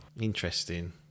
interesting